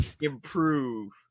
improve